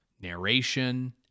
narration